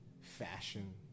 fashion